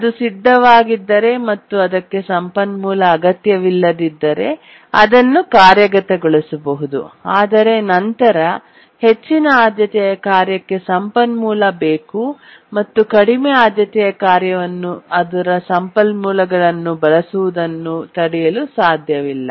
ಅದು ಸಿದ್ಧವಾಗಿದ್ದರೆ ಮತ್ತು ಅದಕ್ಕೆ ಸಂಪನ್ಮೂಲ ಅಗತ್ಯವಿಲ್ಲದಿದ್ದರೆ ಅದನ್ನು ಕಾರ್ಯಗತಗೊಳಿಸಬಹುದು ಆದರೆ ನಂತರ ಹೆಚ್ಚಿನ ಆದ್ಯತೆಯ ಕಾರ್ಯಕ್ಕೆ ಸಂಪನ್ಮೂಲ ಬೇಕು ಮತ್ತು ಕಡಿಮೆ ಆದ್ಯತೆಯ ಕಾರ್ಯವನ್ನು ಅದರ ಸಂಪನ್ಮೂಲಗಳನ್ನು ಬಳಸುವುದನ್ನು ತಡೆಯಲು ಸಾಧ್ಯವಿಲ್ಲ